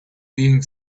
being